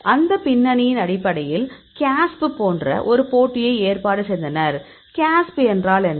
அந்த பின்னணியின் அடிப்படையில் casp போன்ற ஒரு போட்டியை ஏற்பாடு செய்தனர் casp என்றால் என்ன